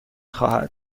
خواهد